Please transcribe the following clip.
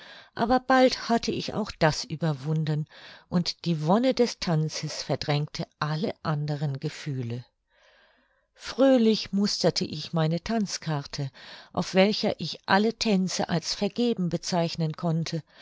aber bald hatte ich auch das überwunden und die wonne des tanzes verdrängte alle anderen gefühle fröhlich musterte ich meine tanzkarte auf welcher ich alle tänze als vergeben bezeichnen konnte